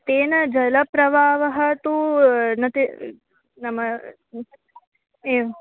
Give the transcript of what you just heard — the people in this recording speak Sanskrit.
तेन जलप्रवाहः तु नति नाम एवम्